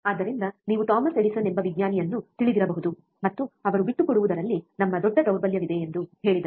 ಆದ್ದರಿಂದ ನೀವು Thomas Edison ಎಂಬ ವಿಜ್ಞಾನಿಯನ್ನು ತಿಳಿದಿರಬಹುದು ಮತ್ತು ಅವರು ಬಿಟ್ಟುಕೊಡುವುದರಲ್ಲಿ ನಮ್ಮ ದೊಡ್ಡ ದೌರ್ಬಲ್ಯವಿದೆ ಎಂದು ಹೇಳಿದರು